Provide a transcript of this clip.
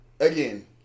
Again